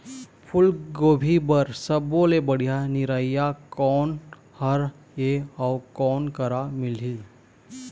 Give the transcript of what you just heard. फूलगोभी बर सब्बो ले बढ़िया निरैया कोन हर ये अउ कोन करा मिलही?